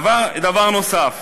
דבר נוסף.